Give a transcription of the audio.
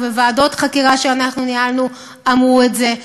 שניהלנו, וועדות חקירה שניהלנו אמרו את זה.